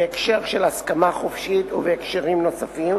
בהקשר של הסכמה חופשית ובהקשרים נוספים,